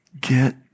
get